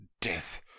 Death